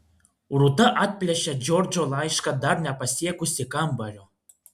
rūta atplėšė džordžo laišką dar nepasiekusi kambario